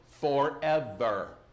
forever